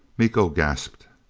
miko gasped,